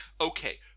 okay